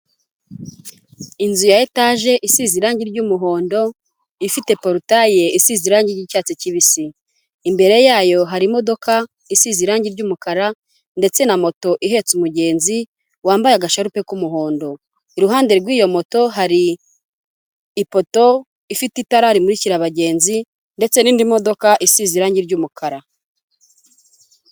Inzu ya etage isize irangi ry'umuhondo ifite porutayi isize irangi ryicyatsi kibisi. Imbere yayo hari imodoka isize irangi ry'umukara ndetse na moto ihetse umugenzi wambaye agasharupe k'umuhondo. Iruhande rw'iyo moto hari ipoto ifite itara rimurikira abagenzi ndetse n'indi modoka isize irangi ry'umukara.